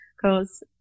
cause